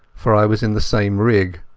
for i was in the same rig.